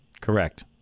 Correct